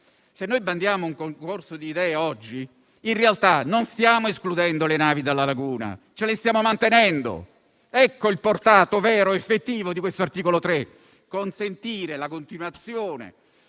se bandiamo un concorso di idee oggi, in realtà non stiamo escludendo le navi dalla laguna, ce le stiamo mantenendo. Questo è il portato vero ed effettivo di questo articolo 3: consentire la continuazione